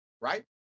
Right